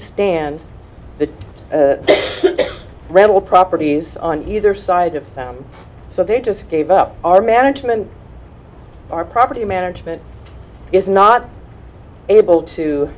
stand the rental properties on either side of town so they just gave up our management our property management is not able to